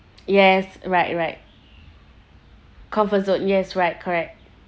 yes right right comfort zone yes right correct